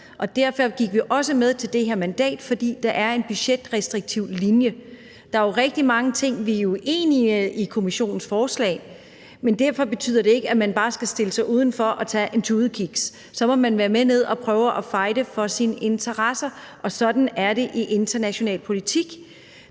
derfor gik vi også med til det her mandat, fordi der er en budgetrestriktiv linje. Der er jo rigtig mange ting, som vi er uenige i i Kommissionens forslag, men derfor betyder det ikke, at man bare skal stille sig udenfor og tage en tudekiks, men så må man være med dernede og prøve at fighte for sine interesser, og sådan er det i international politik.